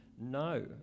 no